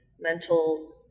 mental